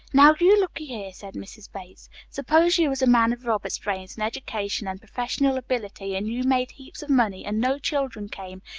now you lookey here, said mrs. bates. suppose you was a man of robert's brains, and education, and professional ability, and you made heaps of money, and no children came,